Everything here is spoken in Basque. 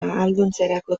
ahalduntzerako